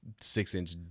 six-inch